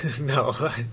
no